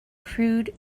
crude